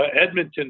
Edmonton